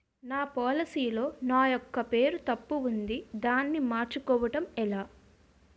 నా పోలసీ లో నా యెక్క పేరు తప్పు ఉంది దానిని మార్చు కోవటం ఎలా?